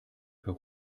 per